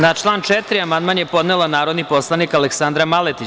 Na član 4. amandman je podnela narodni poslanik Aleksandra Maletić.